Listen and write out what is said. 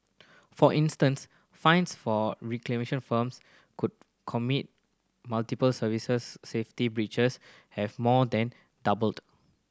for instance fines for recalcitrant firms could commit multiple serious safety breaches have more than doubled